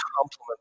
complement